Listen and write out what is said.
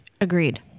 Agreed